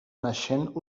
naixent